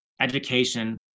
education